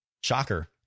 shocker